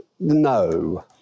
No